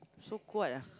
so kuat ah